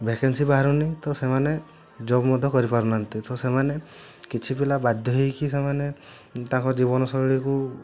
vacancy ବାହାରୁନି ତ ସେମାନେ ଜବ୍ ମଧ୍ୟ କରିପାରୁ ନାହାଁନ୍ତି ତ ସେମାନେ କିଛି ପିଲା ବାଧ୍ୟ ହେଇକି ସେମାନେ ତାଙ୍କ ଜୀବନଶୈଳୀକୁ